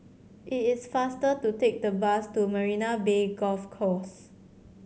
it is faster to take the bus to Marina Bay Golf Course